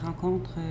rencontre